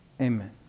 Amen